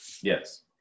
Yes